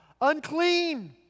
Unclean